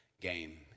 game